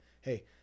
hey